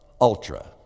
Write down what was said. ultra